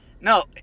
No